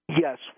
yes